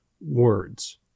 words